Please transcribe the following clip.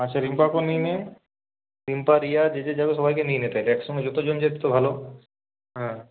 আচ্ছা রিম্পাকেও নিয়ে নে রিম্পা দিয়া যে যে যাবে সবাইকে নিয়ে নে তালে একসঙ্গে যতজন যায় তত ভালো হ্যাঁ